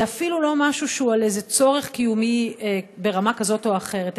זה אפילו לא משהו שהוא על איזה צורך קיומי ברמה כזאת או אחרת,